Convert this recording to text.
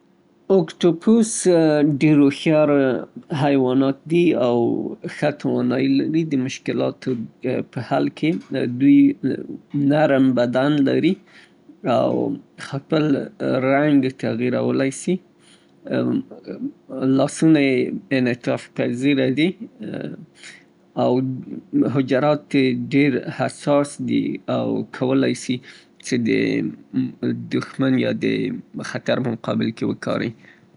اوکټوپوس ډېر هوښيار حيوانات دي او ښه توانايي لري د مشکلاتو په حل کې دوی نرم بدن لري او خپل رنګ تغيرولای سي، لاسونه يې انعطاف پذيره دي او حجرات يې ډېر حساس دي او کولای سي څې د دښمن يا خطر په مقابل کې يې وکاريي.